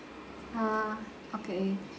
ah okay